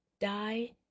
Die